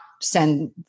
send